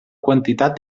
quantitat